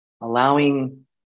allowing